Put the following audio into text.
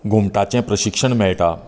घुमटाचें प्रशिक्षण मेळटा